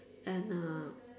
and a